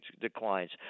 declines